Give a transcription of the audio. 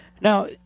Now